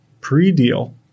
pre-deal